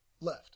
left